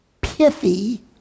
pithy